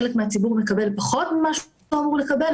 חלק מהציבור מקבל פחות ממה שהוא היה אמור לקבל,